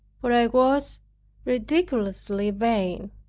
for i was ridiculously vain.